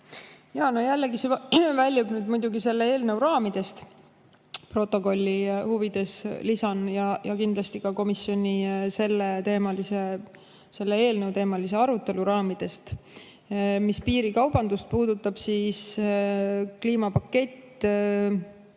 jällegi väljub selle eelnõu raamidest, protokolli huvides lisan, ja kindlasti ka komisjonis selle eelnõu teemal toimunud arutelu raamidest. Mis piirikaubandust puudutab, siis kliimapakett